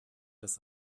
das